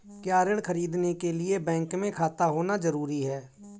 क्या ऋण ख़रीदने के लिए बैंक में खाता होना जरूरी है?